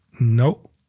No